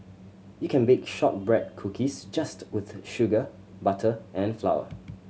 you can bake shortbread cookies just with sugar butter and flour